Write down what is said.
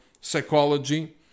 psychology